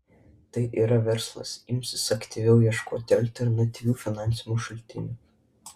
tai yra verslas imsis aktyviau ieškoti alternatyvių finansavimo šaltinių